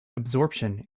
absorption